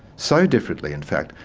so differently, in fact,